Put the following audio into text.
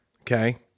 okay